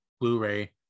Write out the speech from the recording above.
Blu-ray